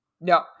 No